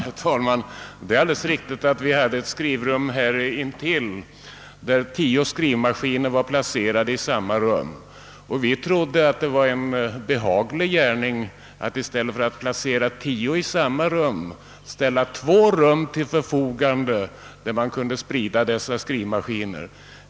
Herr talman! Det är alldeles riktigt att det intill plenisalen fanns ett skrivrum, där tio skrivmaskiner var placerade. Vi trodde emellertid att det var en behaglig gärning att i stället ordna med två rum där dessa tio skrivmaskiner bättre kan spridas ut.